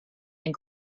and